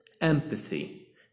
Empathy –